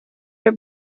her